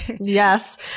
Yes